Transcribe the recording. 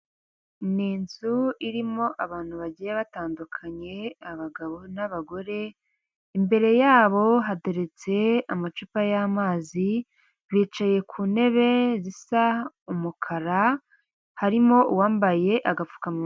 Ni inzu irimo abantu bagiye batandukanye abagabo n'abagore, imbere yabo hateretse amacupa y'amazi, bicaye ku ntebe zisa umukara harimo uwambaye agapfufukamunwa.